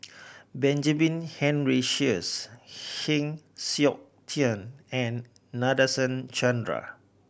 Benjamin Henry Sheares Heng Siok Tian and Nadasen Chandra